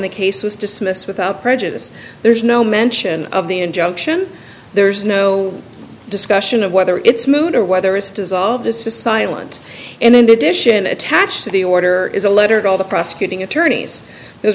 the case was dismissed without prejudice there's no mention of the injunction there's no discussion of whether it's moot or whether it's dissolved this is silent and addition attached to the order is a letter to all the prosecuting attorneys th